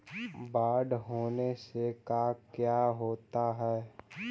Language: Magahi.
बाढ़ होने से का क्या होता है?